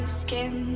skin